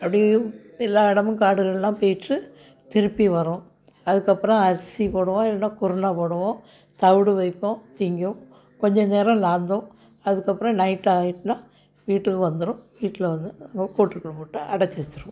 அப்படியே எல்லா இடமும் காடுகள் எல்லாம் போயிட்டு திரும்பி வரும் அதுக்கு அப்புறம் அரிசி போடுவோம் இல்லைன்னா குருணை போடுவோம் தவுடு வைப்போம் திங்கும் கொஞ்சம் நேரம் லாந்தும் அதுக்கு அப்புறம் நைட்டு ஆகிட்டுனா வீட்டுக்கு வந்துடும் வீட்டில் வந்து கூட்டுக்குள் போட்டு அடைச்சி வச்சுருவோம்